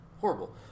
horrible